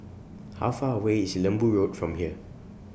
How Far away IS Lembu Road from here